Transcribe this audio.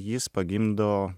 jis pagimdo